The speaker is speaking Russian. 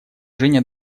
женя